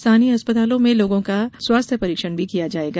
स्थानीय अस्पतालों में लोगों का स्वास्थ्य परिक्षण भी किया जायेगा